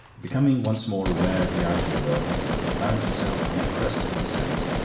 becoming once more aware of the outer world, he found himself on the crest of a descent.